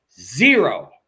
zero